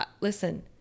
listen